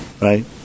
Right